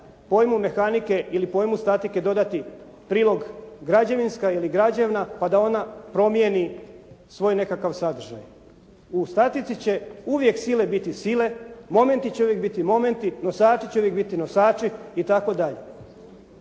pojmu mehanike, ili pojmu statike dodati građevinska ili građevna pa da ona promijeni svoj nekakav sadržaj. U statici će uvijek sile biti sile, momenti će uvijek biti momenti, nosači će uvijek biti nosači i